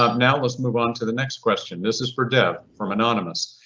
ah now, let's move on to the next question. this is for dave from anonymous.